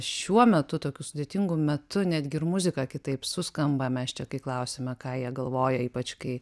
šiuo metu tokiu sudėtingu metu netgi ir muzika kitaip suskamba mes čia kai klausiame ką jie galvoja ypač kai